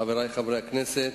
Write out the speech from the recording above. חברי חברי הכנסת,